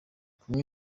kunywa